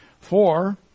Four